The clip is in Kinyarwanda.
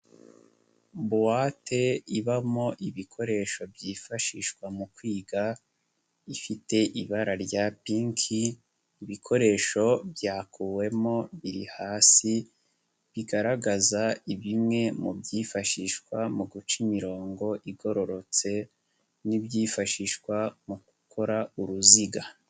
Buwate ibamo ibikoresho byifashishwa mu kwiga ifite ibara rya pinki, ibikoresho byakuwemo biri hasi, bigaragaza bimwe mu byifashishwa mu guca imirongo igororotse n'ibyifashishwa mu gukora uruziga.